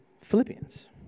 Philippians